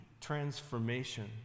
transformation